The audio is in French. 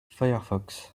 firefox